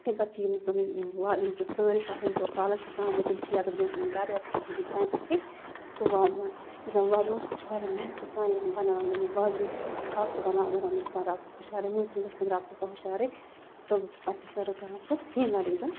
تٔمۍ پَتہٕ چھِ یِم زَن وا یِم زَن سٲلِم چھِ آسان یِم تور سالَس چھِ آسان آمٕتۍ تِم چھِ یا تہٕ نِن تِم گَرٕ یا تہٕ کھٮ۪ن تٔتھۍ ترٛامہِ پٮ۪ٹھٕے سُہ وازوان یُس زَن وازوان چھِ سُہ چھِ واریاہ محنتہٕ سان یِوان بَناونہٕ وازَن چھِ گژھان خاک سُہ بَناوان بَناوان تِم چھِ آسان راتَس ہُشارَے مٲنٛزِ رٲژ دۄہ چھِ آسان تِم راتَس آسان ہُشارے تہٕ پَتہٕ چھِ سٔرٕو کَران سُہ ییٚنہِ والیُک دۄہ